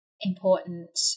important